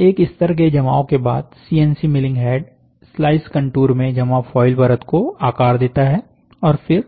एक स्तर के जमाव के बाद CNC milling head slice contour में जमा फॉयल परत को आकार देता है और फिर